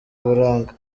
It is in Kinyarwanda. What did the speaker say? buranga